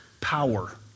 power